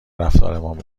رفتارمان